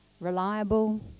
reliable